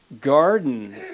garden